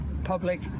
public